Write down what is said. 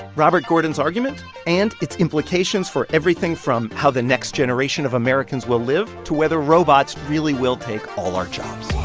robert gordon's argument and its implications for everything from how the next generation of americans will live to whether robots really will take all our jobs